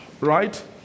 Right